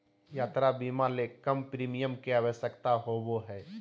यात्रा बीमा ले कम प्रीमियम के आवश्यकता होबो हइ